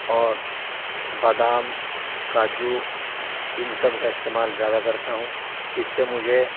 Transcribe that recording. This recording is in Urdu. اور بادام کاجو ان سب کا استعمال زیادہ کرتا ہوں اس سے مجھے